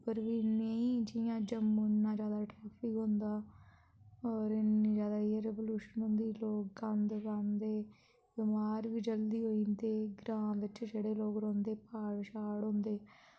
उधमपुर बी नेईं जियां जम्मू इ'न्ना ज्यादा ट्रैफिक होंदा होर इ'न्नी ज्यादा एयर पलूशन होंदी लोक गंद पांदे बमार बी जल्दी होईं जंदे ग्रांऽ बिच्च जेह्ड़े लोक रौंह्दे प्हाड़ छाड़ होंदे